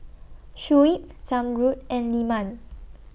Shuib Zamrud and Leman